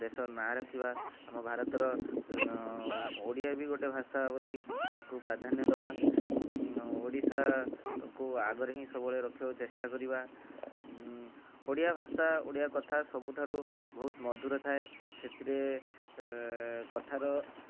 ଦେଶର ନା ରଖିବା ଆମ ଭାରତ ର ଓଡ଼ିଆ ବି ଗୋଟେ ଭାଷା ବୋଲି ତାକୁ ପ୍ରାଧାନ୍ୟ ଦବା ଓଡ଼ିଶା କୁ ଆଗରେ ହିଁ ସବୁବେଳେ ରଖିବାକୁ ଚେଷ୍ଟା କରିବା ଓଡ଼ିଆ ଭାଷା ଓଡ଼ିଆ କଥା ସବୁଠାରୁ ବହୁତ ମଧୁର ଥାଏ ସେଥିରେ କଥାର